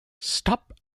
stop